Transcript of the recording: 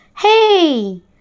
hey